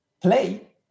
play